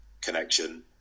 connection